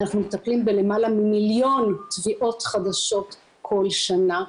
אנחנו מטפלים בלמעלה ממיליון תביעות חדשות כל שנה,